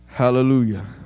Hallelujah